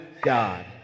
God